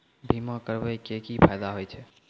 बीमा करबै के की फायदा होय छै?